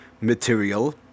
material